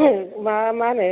मा मा होनो